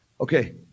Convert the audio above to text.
Okay